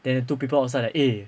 then the two people outside like eh